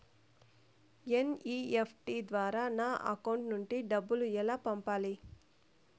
NEFT ద్వారా నా account నుండి డబ్బులు ఎలా పంపాలి